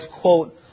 quote